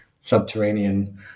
subterranean